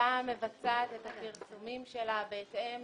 מבצעת את הפרסומים שלה בהתאם